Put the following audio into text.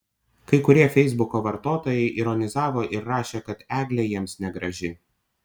kai kurie feisbuko vartotojai ironizavo ir rašė kad eglė jiems negraži